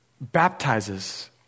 baptizes